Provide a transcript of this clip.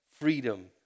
freedom